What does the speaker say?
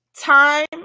time